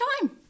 time